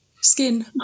skin